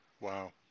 Wow